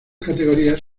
categorías